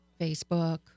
Facebook